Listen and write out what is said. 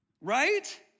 right